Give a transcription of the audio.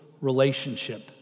relationship